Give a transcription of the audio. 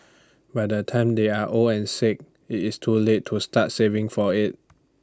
by the time they are old and sick IT is too late to start saving for IT